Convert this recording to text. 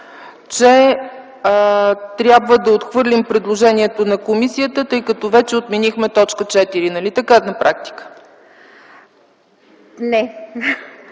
че трябва да отхвърлим предложението на комисията, тъй като вече отменихме т. 4, нали така?